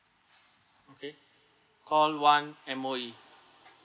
okay call one M_O_E